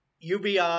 UBI